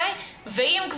אם אנחנו